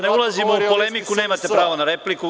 Da ne ulazimo u polemiku, nemate pravo na repliku.